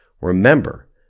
Remember